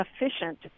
efficient